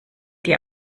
die